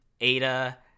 Ada